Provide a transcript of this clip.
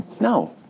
No